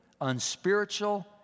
unspiritual